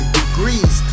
degrees